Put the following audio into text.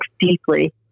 deeply